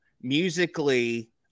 Musically